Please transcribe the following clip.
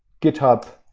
github